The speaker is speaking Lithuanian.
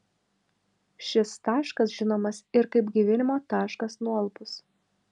šis taškas žinomas ir kaip gaivinimo taškas nualpus